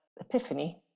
epiphany